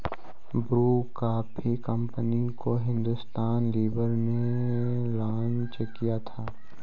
Bru coffee company को Hindustan Lever ने launch किया था